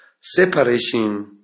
separation